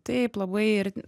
taip labai ir